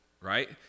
right